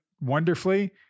wonderfully